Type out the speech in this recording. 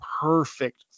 perfect